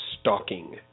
stalking